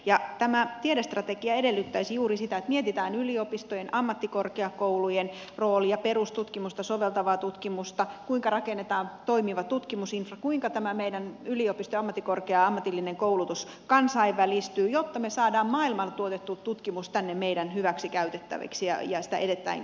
tämä tiedestrategia edellyttäisi juuri sitä että mietitään yliopistojen ammattikorkeakoulujen roolia perustutkimusta soveltavaa tutkimusta sitä kuinka rakennetaan toimiva tutkimusinfra kuinka meidän yliopisto ammattikorkea ja ammatillinen koulutus kansainvälistyvät jotta me saamme maailmalla tuotettua tutkimusta tänne meidän hyväksemme käytettäväksi ja sitä edelleen kehitettäväksi